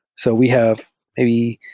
so we have maybe